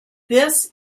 this